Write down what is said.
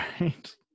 right